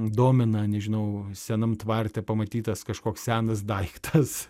domina nežinau sename tvarte pamatytas kažkoks senas daiktas